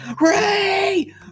Ray